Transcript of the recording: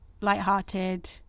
light-hearted